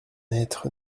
être